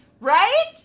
Right